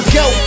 go